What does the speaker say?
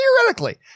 theoretically